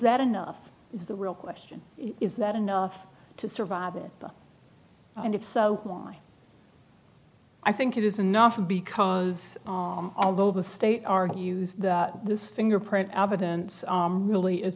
that enough is the real question is that enough to survive it and if so why i think it is enough because although the state argues that this fingerprint evidence really is